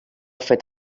fet